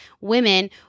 women